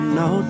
no